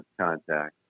contact